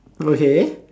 okay